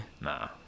Nah